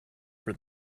for